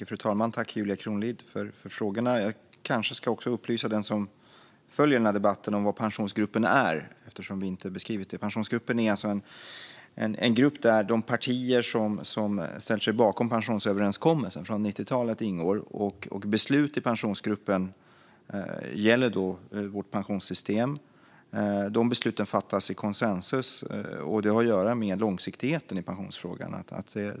Fru talman! Jag tackar Julia Kronlid för frågorna. Jag kanske ska upplysa dem som följer debatten om vad Pensionsgruppen är, eftersom vi inte beskrivit det. Pensionsgruppen är en grupp där de partier som ställer sig bakom pensionsöverenskommelsen från 90-talet ingår. Besluten i Pensionsgruppen gäller vårt pensionssystem och fattas i konsensus. Det har att göra med långsiktigheten i pensionsfrågorna.